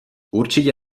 určitě